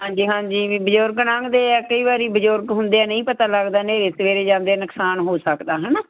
ਹਾਂਜੀ ਹਾਂਜੀ ਵੀ ਬਜ਼ੁਰਗ ਲੰਘਦੇ ਆ ਕਈ ਵਾਰੀ ਬਜ਼ੁਰਗ ਹੁੰਦੇ ਆ ਨਹੀਂ ਪਤਾ ਲੱਗਦਾ ਹਨੇਰੇ ਸਵੇਰੇ ਜਾਂਦੇ ਨੁਕਸਾਨ ਹੋ ਸਕਦਾ ਹੈ ਨਾ